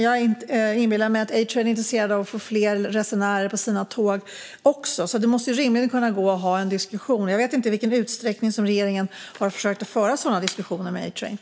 Jag inbillar mig att också A-Train är intresserade av att få fler resenärer på sina tåg, så det måste rimligen gå att ha en diskussion. Jag vet inte i vilken utsträckning regeringen har försökt att föra sådana diskussioner med A-Train.